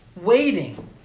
waiting